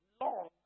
long